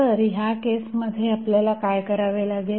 तर या केसमध्ये आपल्याला काय करावे लागेल